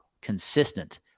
consistent